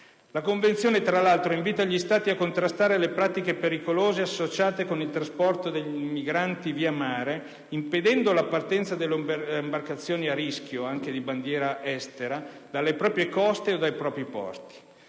Tale Convenzione, tra l'altro, invita gli Stati a contrastare le pratiche pericolose associate al trasporto di migranti via mare, impedendo la partenza delle imbarcazioni "a rischio", anche di bandiera estera, dalle proprie coste o dai propri porti.